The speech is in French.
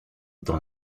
dans